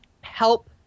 help